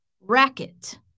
racket